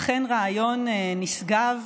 אכן רעיון נשגב,